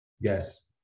Yes